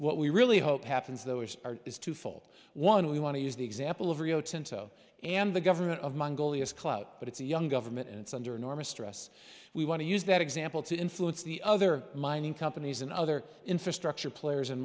what we really hope happens though is our is twofold one we want to use the example of rio tinto and the government of mongolia's clout but it's a young government and it's under enormous stress we want to use that example to influence the other mining companies and other infrastructure players in